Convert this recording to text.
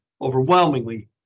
overwhelmingly